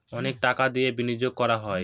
অনেক টাকা দিয়ে বিনিয়োগ করা হয়